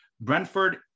Brentford